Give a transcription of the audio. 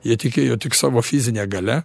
jie tikėjo tik savo fizine galia